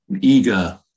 eager